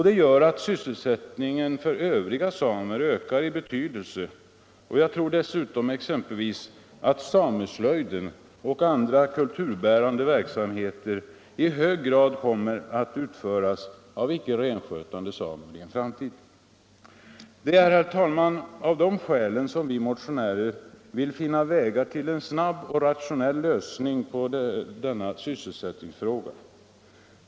Det gör att sysselsättningen för övriga samer ökar i betydelse. Jag tror dessutom att sameslöjden och andra kulturbärande verksamheter i hög grad kommer att utföras av icke renskötande samer i framtiden. Det är, herr talman, av dessa skäl som vi motionärer vill finna vägar till en snabb och rationell lösning på samernas sysselsättningsfråga.